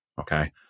Okay